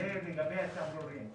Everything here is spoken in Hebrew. זה לגבי התמרורים.